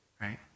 Right